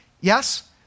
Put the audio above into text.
Yes